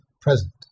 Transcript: present